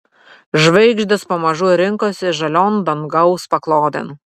žvaigždės pamažu rinkosi žalion dangaus paklodėn